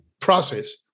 process